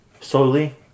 Slowly